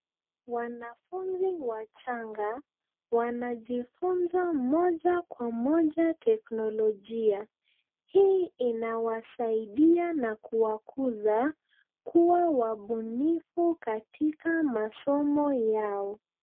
Wanafunzi wachanga wanajifunza moja kwa moja teknolojia. Hii inawasaidia na kuwakuza kuwa wabunifu katika masomo yao.